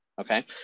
Okay